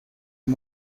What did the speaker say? این